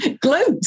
gloat